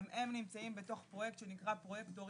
גם הם נמצאים בתוך פרויקט שנקרא פרויקט דורי